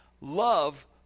love